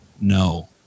no